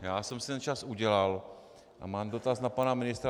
Já jsem si ten čas udělal a mám dotaz na pana ministra.